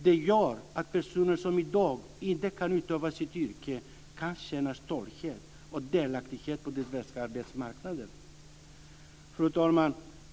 Det gör att personer som i dag inte kan utöva sitt yrke kan känna stolthet och delaktighet på den svenska arbetsmarknaden. Fru talman!